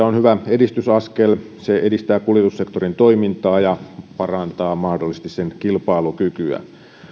edistysaskel se edistää kuljetussektorin toimintaa ja parantaa mahdollisesti sen kilpailukykyä